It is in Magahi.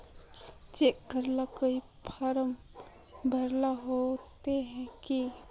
चेक करेला कोई फारम भरेले होते की?